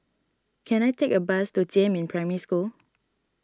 can I take a bus to Jiemin Primary School